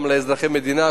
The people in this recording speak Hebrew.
גם לאזרחי המדינה.